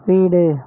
வீடு